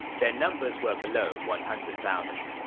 their numbers were below one hundred thousand.